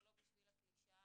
זה לא בשביל הקלישאה,